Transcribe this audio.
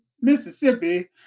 Mississippi